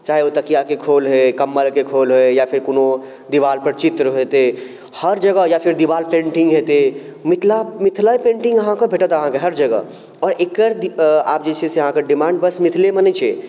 चाहे ओ तकियाके खोल होइ कम्बलके खोल होइ या फेर कोनो दिवालपर चित्र हेतै हर जगह या फेर दिवाल पेन्टिङ्ग हेतै मितिला मिथिला पेन्टिङ्ग अहाँके भेटत अहाँके हर जगह आओर एकर आब जे छै से अहाँके डिमाण्ड बस मिथिलेमे नहि छै